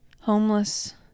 homeless